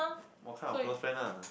what kind of close friend ah